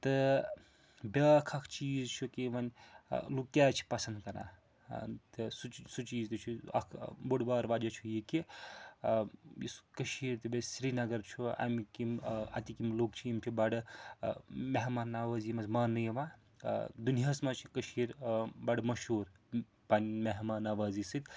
تہٕ بیٛاکھ اَکھ چیٖز چھُ کہِ وۄنۍ لُکھ کیازِ چھِ پَسنٛد کَران تہٕ سُہ سُہ چیٖز تہِ چھُ اَکھ بوٚڑ بار وَجہ چھُ یہِ کہِ یُس کٔشیٖر تہِ بیٚیہِ سرینگر چھُ اَمِکۍ یِم اَتِکۍ یِم لُکھ چھِ یِم چھِ بَڑٕ مہمان نَوٲزی منٛز ماننہٕ یِوان دُنیاہَس منٛز چھِ کٔشیٖر بَڑٕ مشہوٗر پَنٕنہِ مہمان نَوٲزی سۭتۍ